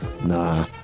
Nah